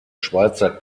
schweizer